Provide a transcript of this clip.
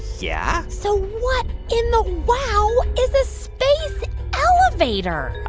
yeah so what in the wow is a space elevator? ah,